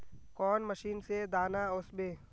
कौन मशीन से दाना ओसबे?